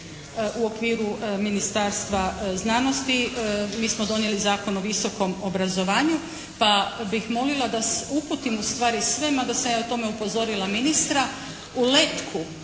u okviru Ministarstva znanosti. Mi smo donijeli Zakon o visokom obrazovanju pa bih molila da uputim u stvari sve mada sam ja o tome i upozorila ministra u letku